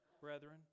brethren